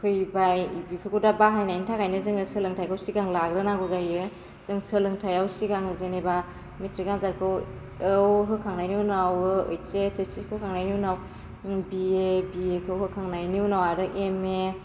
फैबाय बेखौबो दा बाहायनायनि थाखायनो जोङो सोलोंथाइखौ सिगां लाग्रोनांगौ जायो जों सोलोंथाइआव सिगां जेनेबा मेट्रिक आनजादखौ होखांनायनि उनाव ओइस एस ओइसएसखौ होखांनायनि उनाव बि ए बिएखौ होखांनायनि उनाव आरो एम ए